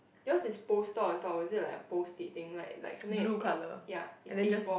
yours is poster on top or is it like a post it thing like like something ya it's A four